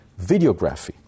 videography